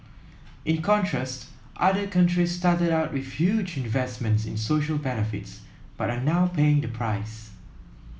in contrast other countries started out with huge investments in social benefits but are now paying the price